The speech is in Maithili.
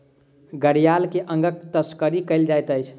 घड़ियाल के अंगक तस्करी कयल जाइत अछि